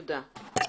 תודה.